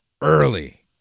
early